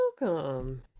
welcome